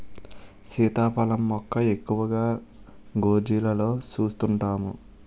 సీతాఫలం మొక్క ఎక్కువగా గోర్జీలలో సూస్తుంటాము